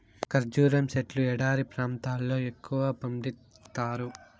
ఖర్జూరం సెట్లు ఎడారి ప్రాంతాల్లో ఎక్కువగా పండిత్తారు